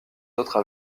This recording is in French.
autres